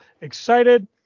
excited